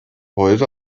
heute